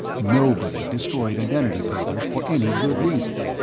nobody destroyed identity papers for any good reason.